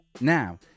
now